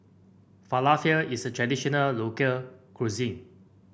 falafel is a traditional local cuisine